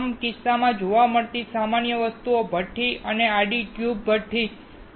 તમામ કિસ્સાઓમાં જોવા મળતી સામાન્ય વસ્તુઓ ભઠ્ઠી અને આડી ટ્યુબ ભઠ્ઠી છે